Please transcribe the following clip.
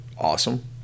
awesome